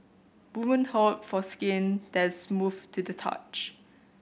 woman hope for skin that is smooth to the touch